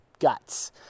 guts